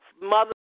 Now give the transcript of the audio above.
Mother